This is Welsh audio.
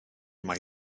mae